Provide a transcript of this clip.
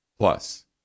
Plus